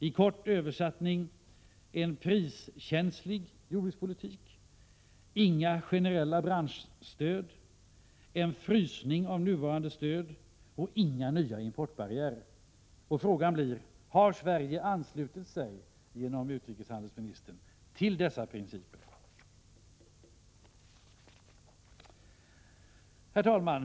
I kort översättning: En priskänslig jordbrukspolitik, inga generella branschstöd, en frysning av nuvarande stöd och inga nya importbarriärer. Frågan blir: Har Sverige, genom utrikeshandelsministern, anslutit sig till dessa principer? Herr talman!